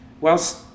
Whilst